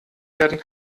werden